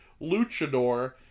luchador